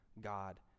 God